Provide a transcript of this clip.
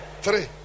Three